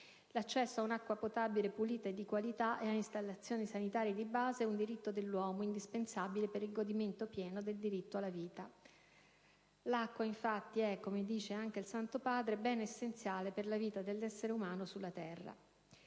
«l'accesso a un'acqua potabile pulita e di qualità e a installazioni sanitarie di base è un diritto dell'uomo, indispensabile per il godimento pieno del diritto alla vita». L'acqua, infatti, è - come dice anche il Santo Padre - bene essenziale per la vita dell'essere umano sulla terra.